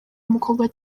umukobwa